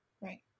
Right